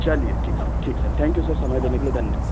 चलिए ठीक सर ठीक सर थैंक यू सर समय देने के लिए धन्यवाद